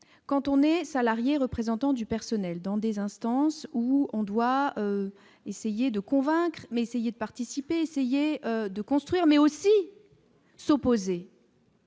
quand on est salarié, représentant du personnel dans des instances où on doit essayer de convaincre, mais essayer de participer et essayer de construire mais aussi s'opposer.